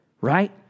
Right